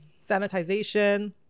Sanitization